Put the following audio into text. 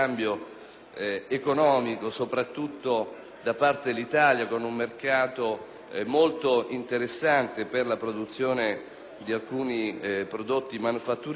economico, soprattutto da parte dell'Italia, con un mercato molto interessante per la produzione di alcuni prodotti manifatturieri